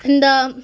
എന്താ